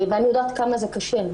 ואני יודעת כמה זה קשה.